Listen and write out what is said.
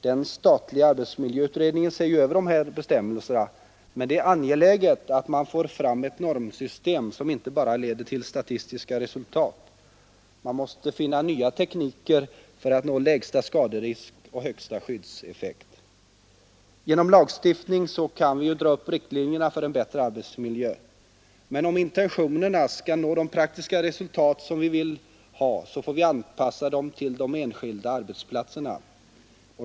Den statliga arbetsmiljöutredningen ser ju över de här bestämmelserna, men det är angeläget att man får fram ett normsystem som inte bara leder till statistiska resultat. Man måste finna nya tekniker för att nå lägsta skaderisk och högsta skyddseffekt. Genom lagstiftning kan vi ju dra upp riktlinjer för en bättre arbetsmiljö. Men om de intentionerna skall nå de praktiska resultat som vi vill ha, så får vi anpassa dem till de enskilda arbetsplatserna.